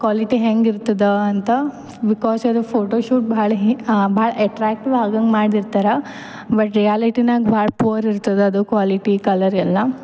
quality ಹೆಂಗಿರ್ತದ ಅಂತ because ಅದ್ರ ಫೋಟೋಶೂಟ್ ಭಾಳ ಈ ಭಾಳ್ ಅಟ್ಟ್ರಾಕ್ಟಿವ್ ಅಗಾಂಗೆ ಮಾಡಿರ್ತರೆ ಬಟ್ ರಿಯಾಲಿಟಿನಾಗೆ ಭಾಳ್ ಪೂವರ್ ಇರ್ತದೆ ಅದು ಕ್ವಾಲಿಟಿ ಕಲರ್ ಎಲ್ಲ